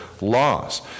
laws